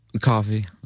Coffee